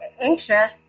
anxious